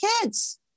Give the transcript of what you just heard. kids